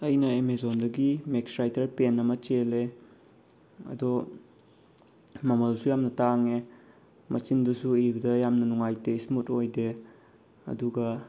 ꯑꯩꯅ ꯑꯦꯃꯦꯖꯣꯟꯗꯒꯤ max writer pen ꯑꯃ ꯆꯦꯜꯂꯦ ꯑꯗꯣ ꯃꯃꯜꯁꯨ ꯌꯥꯝꯅ ꯇꯥꯡꯉꯦ ꯃꯆꯤꯟꯗꯨꯁꯨ ꯏꯕꯗ ꯌꯥꯝꯅ ꯅꯨꯡꯉꯥꯏꯇꯦ ꯁ꯭ꯃꯨꯠ ꯑꯣꯏꯗꯦ ꯑꯗꯨꯒ